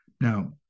Now